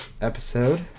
episode